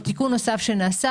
עוד תיקון נוסף שנעשה,